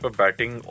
batting